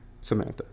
Samantha